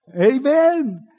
Amen